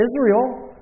Israel